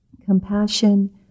compassion